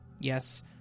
Yes